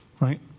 right